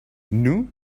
nous